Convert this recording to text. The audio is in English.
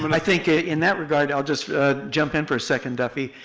but i think in that regard, i'll just jump in for a second, duffy.